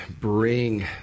bring